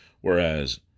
whereas